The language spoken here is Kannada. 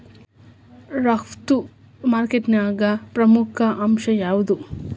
ರಫ್ತು ಮಾರ್ಕೆಟಿಂಗ್ನ್ಯಾಗ ಪ್ರಮುಖ ಅಂಶ ಯಾವ್ಯಾವ್ದು?